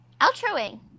Outroing